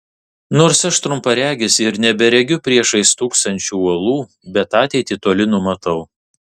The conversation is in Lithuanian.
nors aš trumparegis ir neberegiu priešais stūksančių uolų bet ateitį toli numatau